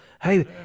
Hey